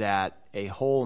that a hole in